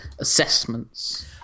assessments